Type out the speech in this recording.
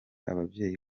ababyeyi